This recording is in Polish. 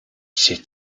się